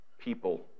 people